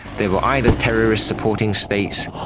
they were either terrorist-supporting states,